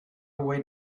away